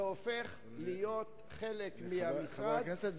וזה הופך להיות חלק מהמשרד,